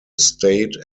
state